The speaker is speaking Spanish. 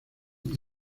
emmy